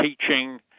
teaching